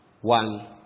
one